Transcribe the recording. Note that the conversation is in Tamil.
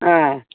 ஆ